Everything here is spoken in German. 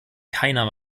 keiner